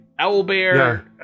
Owlbear